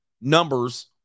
numbers